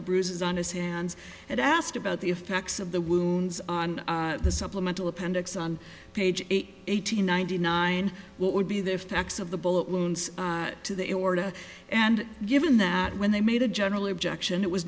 the bruises on his hands and asked about the effects of the wounds on the supplemental appendix on page eight eight hundred ninety nine what would be the facts of the bullet wounds to the order and given that when they made a general objection it was